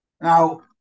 Now